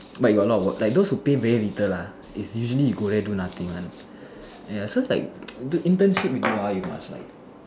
but you got a lot of work like those who pay very little lah is usually you go there do nothing one ya so it's like internship you do ah you must like